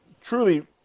truly